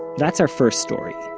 that's our first story.